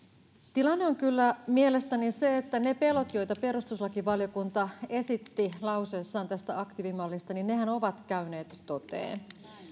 tilanne on kyllä mielestäni se että ne pelot joita perustuslakivaliokunta esitti lausuessaan tästä aktiivimallista ovat käyneet toteen